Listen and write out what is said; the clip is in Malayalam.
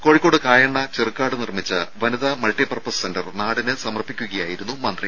കോഴിക്കോട് കായണ്ണ ചെറുക്കാട് നിർമ്മിച്ച വനിതാ മൾട്ടി പർപ്പസ് സെന്റർ നാടിന് സമർപ്പിക്കുകയായിരുന്നു മന്ത്രി